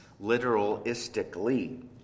literalistically